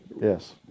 Yes